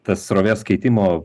tas srovės keitimo